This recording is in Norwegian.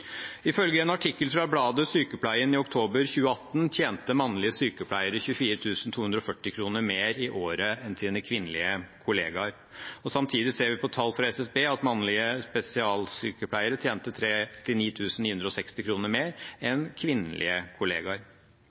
Ifølge en artikkel i bladet Sykepleien i oktober 2018 tjente mannlige sykepleiere 24 240 kr mer i året enn sine kvinnelige kollegaer. Samtidig ser vi på tall fra SSB at mannlige spesialsykepleiere tjente 39 960 kr mer enn kvinnelige kollegaer.